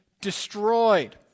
destroyed